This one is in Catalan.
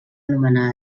nomenar